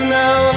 now